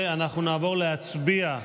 אנחנו נעבור להצביע.